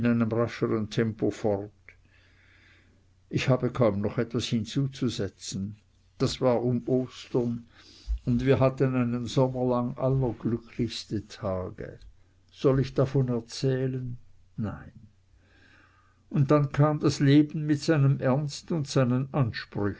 tempo fort ich habe kaum noch etwas hinzuzusetzen das war um ostern und wir hatten einen sommer lang allerglücklichste tage soll ich davon erzählen nein und dann kam das leben mit seinem ernst und seinen ansprüchen